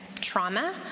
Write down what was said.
trauma